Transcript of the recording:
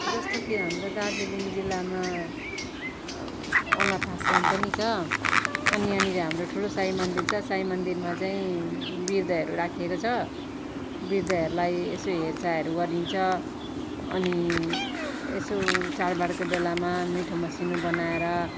जस्तो कि हाम्रो दार्जिलिङ जिल्लामा अनाथ आश्रम पनि छ अनि यहाँनिर हाम्रो ठुलो साई मन्दिर छ साई मन्दिरमा चाहिँ वृद्धहरू राखिएको छ वृद्धहरूलाई यसो हेरचाहहरू गरिन्छ अनि यसो चाडबाडको बेलामा मिठो मसिनो बनाएर